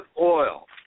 oil